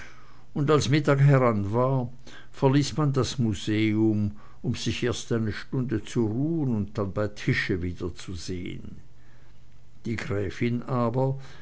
und als mittag heran war verließ man das museum um sich erst eine stunde zu ruhn und dann bei tische wiederzusehn die gräfin aber